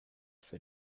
for